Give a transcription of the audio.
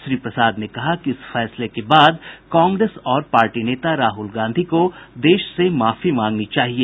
श्री प्रसाद ने कहा कि इस फैसले के बाद कांग्रेस और पार्टी नेता राहुल गांधी को देश से माफी मांगनी चाहिए